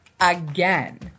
again